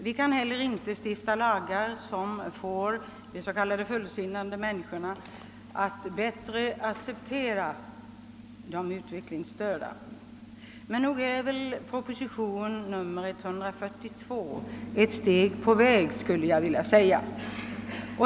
Vi kan inte heller stifta lagar som får de s.k. fullsinnade människorna att bättre acceptera de utvecklingsstörda. Men nog är väl propositionen nr 142 ett steg på väg, skulle jag vilja säga.